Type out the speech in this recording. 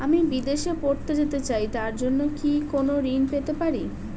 আমি বিদেশে পড়তে যেতে চাই তার জন্য কি কোন ঋণ পেতে পারি?